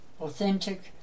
authentic